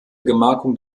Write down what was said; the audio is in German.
gemarkung